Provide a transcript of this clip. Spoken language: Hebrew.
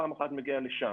פעם אחת מגיע לשם.